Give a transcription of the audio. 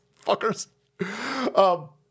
Fuckers